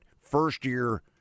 first-year